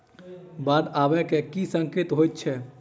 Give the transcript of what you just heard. बाढ़ आबै केँ की संकेत होइ छै?